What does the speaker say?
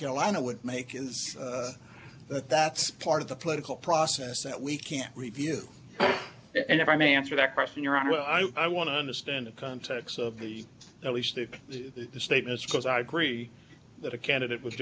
carolina would make is that that's part of the political process that we can review and if i may answer that question your honor i want to understand the context of the at least if the statements because i agree that a candidate was